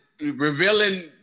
revealing